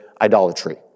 idolatry